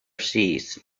sees